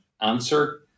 answer